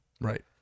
right